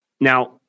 Now